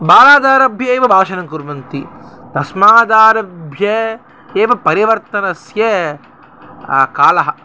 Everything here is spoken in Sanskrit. बालादारभ्य एव भाषणं कुर्वन्ति तस्मादारभ्य एव परिवर्तनस्य कालः